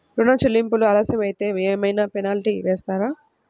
ఋణ చెల్లింపులు ఆలస్యం అయితే ఏమైన పెనాల్టీ వేస్తారా?